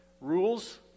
Rules